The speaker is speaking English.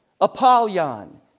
Apollyon